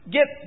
Get